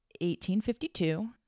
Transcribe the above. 1852